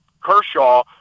Kershaw